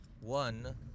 one